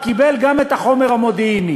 קיבל גם את החומר המודיעיני.